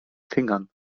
fingern